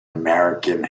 american